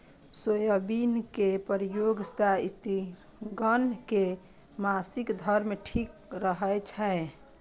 soybean के प्रयोग सं स्त्रिगण के मासिक धर्म ठीक रहै छै